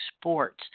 sports